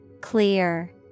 Clear